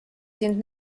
sind